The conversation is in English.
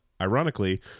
Ironically